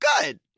good